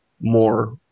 more